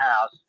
house